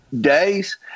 days